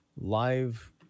live